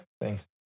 Thanks